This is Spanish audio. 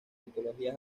mitología